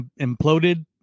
imploded